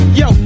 yo